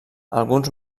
alguns